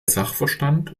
sachverstand